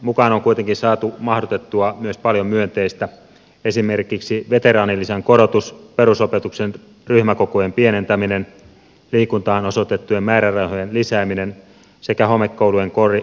mukaan on kuitenkin saatu mahdutettua myös paljon myönteistä esimerkiksi veteraanilisän korotus perusopetuksen ryhmäkokojen pienentäminen liikuntaan osoitettujen määrärahojen lisääminen sekä homekoulujen korjausrahat